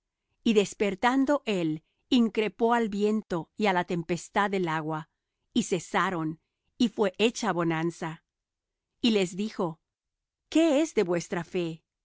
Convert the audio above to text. y despertado él increpó al viento y á la tempestad del agua y cesaron y fué hecha bonanza y les dijo qué es de vuestra fe